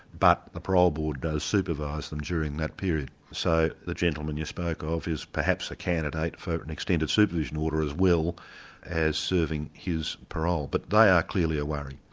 but the parole board does supervise them during that period. so the gentleman you spoke of is perhaps a candidate for an extended supervision order as well as serving his parole. but they are clearly a worry.